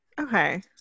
Okay